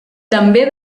també